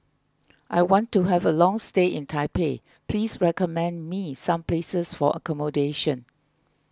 I want to have a long stay in Taipei please recommend me some places for accommodation